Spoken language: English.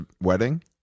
wedding